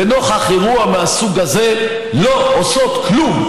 ונוכח אירוע מהסוג הזה לא עושות כלום.